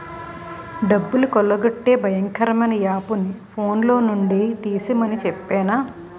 డబ్బులు కొల్లగొట్టే భయంకరమైన యాపుని ఫోన్లో నుండి తీసిమని చెప్పేనా